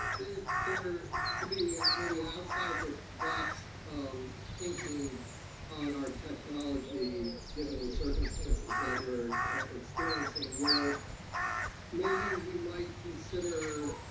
if there could be maybe an outside the box um thinking on our technology given the circumstances that we're experiencing, where maybe we might consider